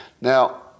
Now